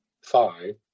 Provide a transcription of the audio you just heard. five